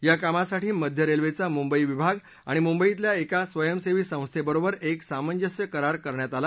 या कामासाठी मध्य रस्त्विद्यी मुंबई विभाग आणि मुंबईतल्या एका स्वयंसहीी संस्थांच्यीबर एक सामंजस्य करार करण्यात आला